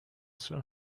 sell